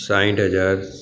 સાઠ હજાર